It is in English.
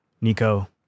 Nico